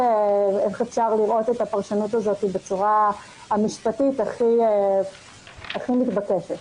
אפשר לראות את הפרשנות הזאת בצורה המשפטית הכי מתבקשת.